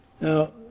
Now